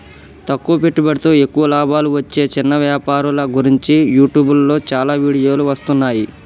తక్కువ పెట్టుబడితో ఎక్కువ లాభాలు వచ్చే చిన్న వ్యాపారుల గురించి యూట్యూబ్లో చాలా వీడియోలు వస్తున్నాయి